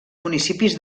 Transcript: municipis